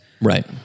Right